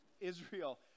Israel